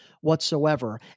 whatsoever